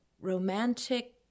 romantic